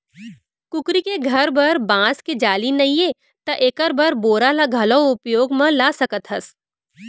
कुकरी के घर बर बांस के जाली नइये त एकर बर बोरा ल घलौ उपयोग म ला सकत हस